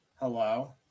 Hello